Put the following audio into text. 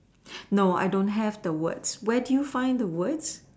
no I don't have the words where do you find the words